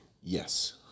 Yes